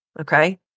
Okay